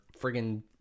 friggin